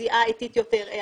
נסיעה איטית יותר,